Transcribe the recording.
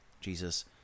Jesus